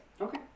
Okay